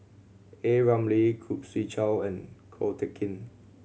A Ramli Khoo Swee Chiow and Ko Teck Kin